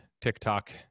tiktok